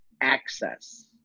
access